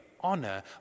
honor